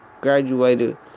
graduated